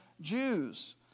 Jews